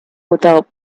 without